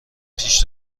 پیش